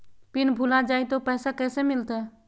Pin भूला जाई तो पैसा कैसे मिलते?